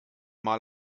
mal